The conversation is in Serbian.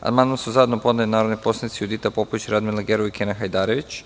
amandman su zajedno podneli narodni poslanici Judita Popović, Radmila Gerov i Kenan Hajdarević.